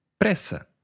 Pressa